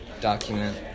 document